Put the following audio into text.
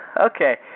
Okay